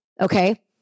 Okay